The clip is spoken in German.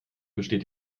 besteht